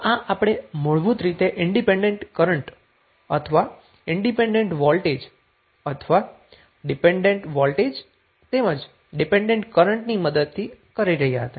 તો આ આપણે મૂળભૂત રીતે ઈન્ડીપેન્ડન્ટ કરન્ટ અથવા ઈન્ડીપેન્ડન્ટ વોલ્ટેજ અથવા ડીપેન્ડન્ટ વોલ્ટેજ તેમજ ડીપેન્ડન્ટ કરન્ટની મદદથી કરી રહ્યા હતા